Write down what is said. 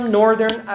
northern